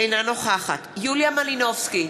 אינה נוכחת יוליה מלינובסקי,